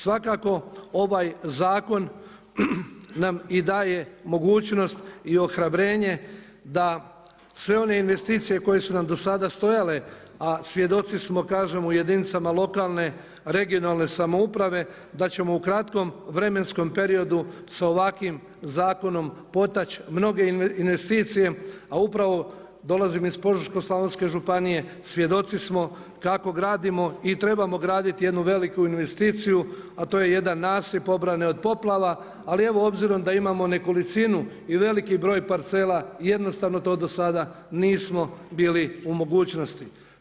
Svakako ovaj zakon nam i daje mogućnost i ohrabrenje da sve one investicije koje su nam dosada stajale a svjedoci smo kažem u jedinicama lokalne, regionalne samouprave, da ćemo u kratkom vremenskom periodu sa ovakvim zakonom potaći mnoge investicije a upravo dolazim iz Požeško-slavonske županije, svjedoci smo kako gradimo, i trebamo graditi jednu veliku investiciju, a to je jedan nasip obrane od poplava, ali evo obzirom da imamo nekolicinu i velik broj parcela, jednostavno to dosada nismo bili u mogućnosti.